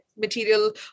material